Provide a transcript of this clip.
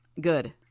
Good